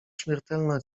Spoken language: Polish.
śmiertelna